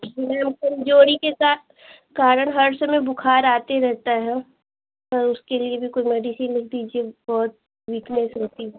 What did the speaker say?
क्योंकि मैम कमज़ोरी के साथ कारण हर समय बुख़ार आते रहता है उसके लिए भी कोई मेडिसिन दीजिए बहुत वीकनेस रहती है